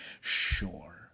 Sure